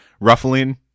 ruffling